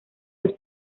los